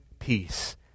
Peace